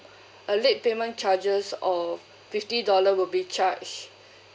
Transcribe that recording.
a late payment charges of fifty dollar will be charged